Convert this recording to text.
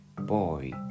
boy